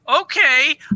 Okay